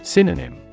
Synonym